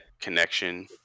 connection